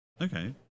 okay